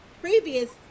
previous